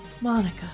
Monica